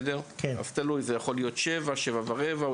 זה יכול להיות עד שבע או שבע ורבע,